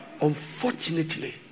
Unfortunately